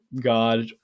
God